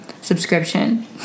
subscription